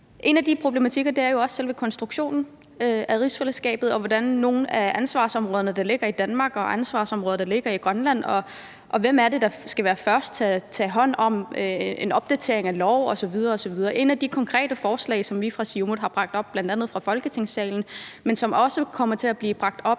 En af de problematikker er jo også selve konstruktionen af rigsfællesskabet, og hvordan nogle af ansvarsområderne ligger i Danmark, og andre ansvarsområder ligger i Grønland, og hvem der skal være de første til at tage hånd om en opdatering af love osv. osv. Og et af de konkrete forslag, som vi fra Siumuts side har bragt op, bl.a. i Folketingssalen, men som også kommer til at blive bragt op